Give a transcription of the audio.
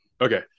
okay